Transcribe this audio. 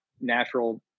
natural